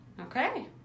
Okay